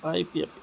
I P F